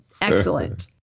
Excellent